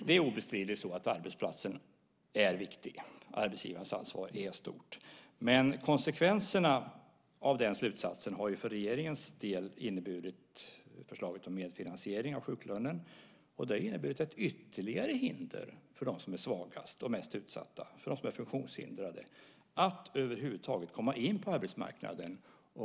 Det är obestridligt så att arbetsplatsen är viktig. Arbetsgivarens ansvar är stort. Konsekvenserna av den slutsatsen har för regeringens del resulterat i förslaget om medfinansiering av sjuklönen, vilket inneburit ett ytterligare hinder för de svagaste och mest utsatta, för dem som är funktionshindrade, att över huvud taget komma in på arbetsmarknaden.